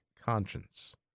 conscience